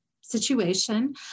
situation